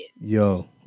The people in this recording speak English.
yo